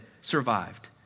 survived